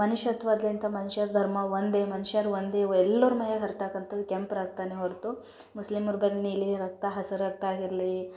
ಮನುಷ್ಯತ್ವದಿಂದ ಮನುಷ್ಯರ ಧರ್ಮ ಒಂದೇ ಮನುಷ್ಯರು ಒಂದೇ ಎಲ್ಲರ ಮೈಯ್ಯಾಗೆ ಹರ್ತಕ್ಕಂಥದ್ದು ಕೆಂಪು ರಕ್ತವೇ ಹೊರತು ಮುಸ್ಲಿಮರ ಬಳ್ ನೀಲಿ ರಕ್ತ ಹಸಿರು ರಕ್ತ ಆಗಿರಲಿ